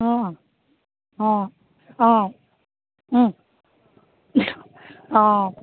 অঁ অঁ অঁ অঁ